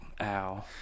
ow